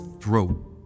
throat